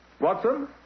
Watson